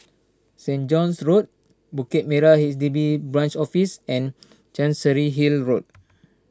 Saint John's Road Bukit Merah H D B Branch Office and Chancery Hill Road